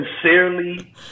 sincerely